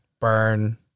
Burn